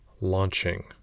launching